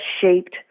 shaped